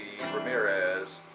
Ramirez